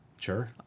Sure